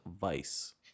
Vice